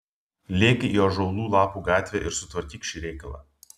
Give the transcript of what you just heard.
lėk į ąžuolų lapų gatvę ir sutvarkyk šį reikalą